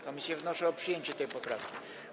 Komisje wnoszą o przyjęcie tej poprawki.